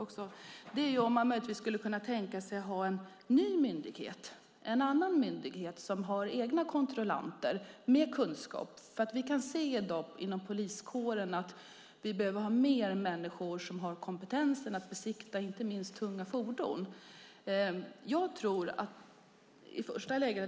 Det gäller om man skulle kunna tänka sig att ha en ny myndighet, en annan myndighet, som har egna kontrollanter med kunskap. Vi kan i dag se att man inom poliskåren behöver ha fler människor som har kompetensen att besiktiga inte minst tunga fordon.